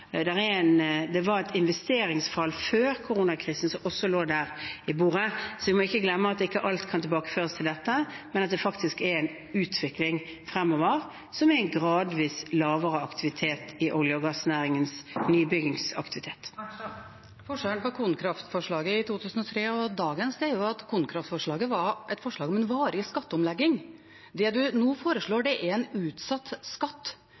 Det var et investeringsfall før koronakrisen som også lå der på bordet. Vi må ikke glemme at ikke alt kan tilbakeføres til dette, men at det faktisk er en utvikling fremover som gir en gradvis lavere aktivitet i olje- og gassnæringen, i nybyggingsaktiviteten. Marit Arnstad – til oppfølgingsspørsmål. Forskjellen på KonKraft-forslaget i 2003 og dagens er at KonKraft-forslaget var et forslag om en varig skatteomlegging. Det man nå foreslår, er en utsatt skatt